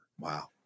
Wow